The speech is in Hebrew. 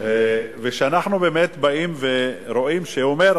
ואנחנו באמת באים ורואים שהוא אומר,